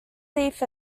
thief